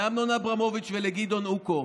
לאמנון אברמוביץ' ולגדעון אוקו: